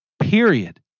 Period